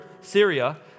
Syria